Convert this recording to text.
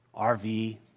RV